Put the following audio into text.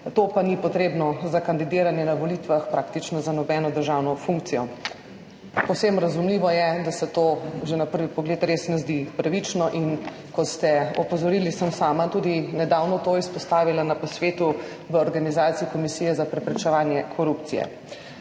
to pa ni potrebno za kandidiranje na volitvah praktično za nobeno državno funkcijo. Povsem razumljivo je, da se to že na prvi pogled res ne zdi pravično, in kot ste opozorili, sem sama tudi nedavno to izpostavila na posvetu v organizaciji Komisije za preprečevanje korupcije.